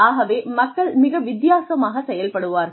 ஆகவே மக்கள் மிக வித்தியாசமாகச் செயல்படுவார்கள்